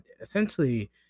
essentially